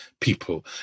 people